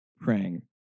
praying